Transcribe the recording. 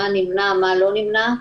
מה נמנה ומה לא נמנה,